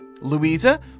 Louisa